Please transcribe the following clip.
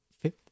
fifth